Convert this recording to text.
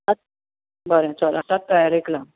बरें चल आताच तयारेक लाग